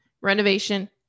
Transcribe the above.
renovation